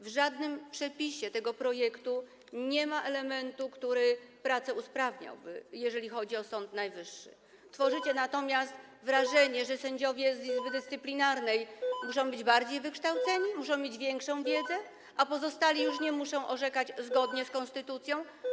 W żadnym przepisie tego projektu nie ma elementu, który usprawniałby prace, jeżeli chodzi o Sąd Najwyższy, tworzycie natomiast wrażenie, że sędziowie z Izby Dyscyplinarnej muszą być bardziej wykształceni, muszą mieć większą wiedzę, a pozostali już nie muszą orzekać zgodnie z konstytucją.